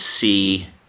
see